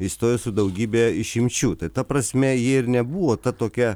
įstojo su daugybe išimčių tai ta prasme jie ir nebuvo ta tokia